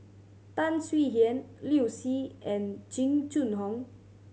Tan Swie Hian Liu Si and Jing Jun Hong